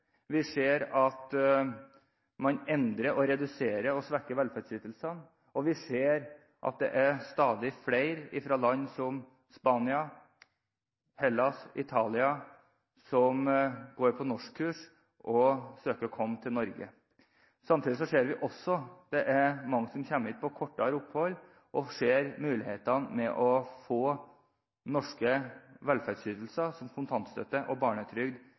vi ser at man endrer, reduserer og svekker velferdsytelsene, og vi ser at stadig flere fra land som Spania, Hellas og Italia går på norskkurs og søker å komme til Norge. Samtidig ser vi at mange kommer hit på kortere opphold og ser muligheten for å få norske velferdsytelser, som kontantstøtte og barnetrygd,